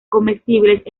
comestibles